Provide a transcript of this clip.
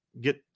get